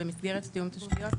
במסגרת תיאום תשתיות,